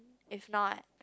if not